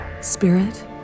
Spirit